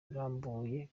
irambuye